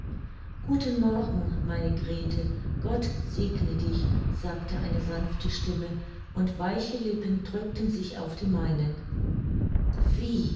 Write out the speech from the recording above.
guten morgen meine grete gott segne dich sagte eine sanfte stimme und weiche lippen drückten sich auf die meinen wie